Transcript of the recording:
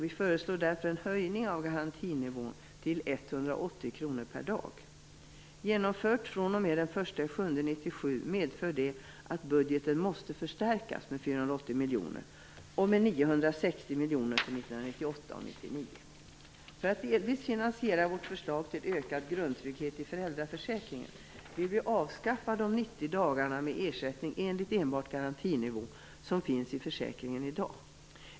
Vi föreslår därför en höjning av garantinivån till ett 180 kr per dag. Genomfört den 1 juli 1997 medför det att budgeten måste förstärkas med 480 miljoner och med 960 För att delvis finansiera vårt förslag till ökad grundtrygghet i föräldraförsäkringen vill vi avskaffa de 90 dagarna med ersättning enligt enbart garantinivå som finns i försäkringen i dag.